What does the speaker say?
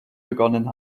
begonnen